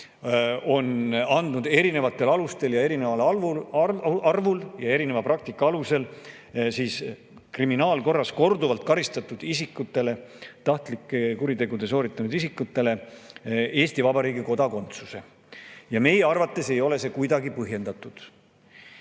on andnud erinevatel alustel, erinevale arvule ja erineva praktika alusel kriminaalkorras korduvalt karistatud isikutele, tahtlikke kuritegusid sooritanud isikutele Eesti Vabariigi kodakondsuse. Meie arvates ei ole see kuidagi põhjendatud. Mul